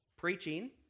Preaching